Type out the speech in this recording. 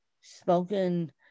spoken